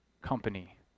company